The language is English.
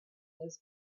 his